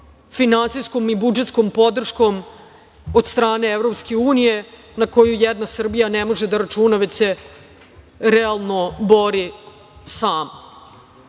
finansijskom i budžetskom podrškom od strane EU, na koju jedna Srbija ne može da računa, već se realno bori sama.